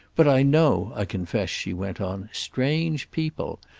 but i know, i confess, she went on, strange people.